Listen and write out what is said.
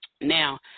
Now